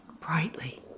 brightly